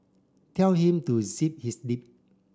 tell him to zip his lip